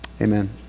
amen